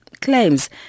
claims